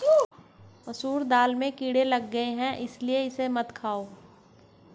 मसूर दाल में कीड़े लग गए है इसलिए इसे मत खाओ